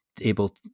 able